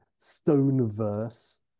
Stoneverse